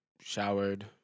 showered